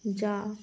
যা